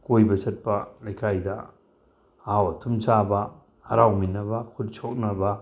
ꯀꯣꯏꯕ ꯆꯠꯄ ꯂꯩꯀꯥꯏꯗ ꯑꯍꯥꯎ ꯑꯊꯨꯝ ꯆꯥꯕ ꯍꯔꯥꯎꯃꯤꯟꯅꯕ ꯈꯨꯠ ꯁꯣꯛꯅꯕ